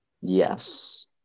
Yes